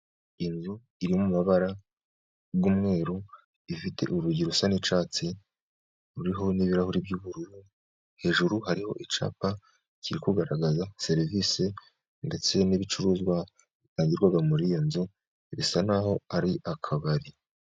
Inzu iri mu mabara y'umweru ifite urugi rusa n'icyatsi, ruriho n'ibirahuri by'ubururu, hejuru hariho icyapa kiri kugaragaza serivisi, ndetse n'ibicuruzwa bitangirwa muri iyo nzu bisa naho ari akagari.